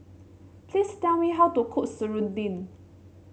please tell me how to cook Serunding